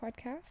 podcast